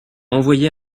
envoyé